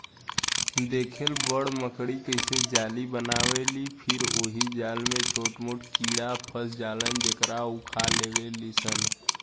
देखेल बड़ मकड़ी कइसे जाली बनावेलि फिर ओहि जाल में छोट मोट कीड़ा फस जालन जेकरा उ खा लेवेलिसन